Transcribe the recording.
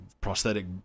prosthetic